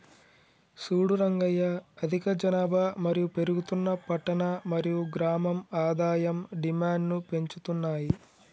సూడు రంగయ్య అధిక జనాభా మరియు పెరుగుతున్న పట్టణ మరియు గ్రామం ఆదాయం డిమాండ్ను పెంచుతున్నాయి